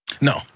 No